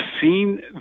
seen